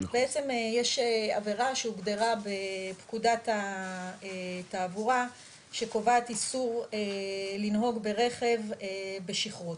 בעצם יש עבירה שהוגדרה בפקודת התעבורה שקובעת איסור לנהוג ברכב בשכרות.